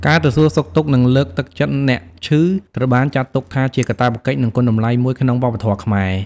ការទៅសួរសុខទុក្ខ និងលើកទឹកចិត្តអ្នកឈឺ ត្រូវបានចាត់ទុកថាជាកាតព្វកិច្ច និងគុណតម្លៃមួយក្នុងវប្បធម៌ខ្មែរ។